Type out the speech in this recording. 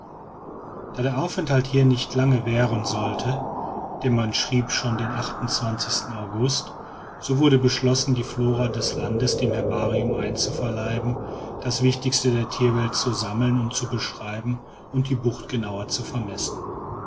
da der aufenthalt hier nicht lange währen sollte denn man schrieb schon den august so wurde beschlossen die flora des landes dem herbarium einzuverleiben das wichtigste der tierwelt zu sammeln und zu beschreiben und die bucht genauer zu vermessen